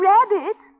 Rabbit